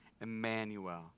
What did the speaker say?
Emmanuel